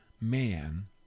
man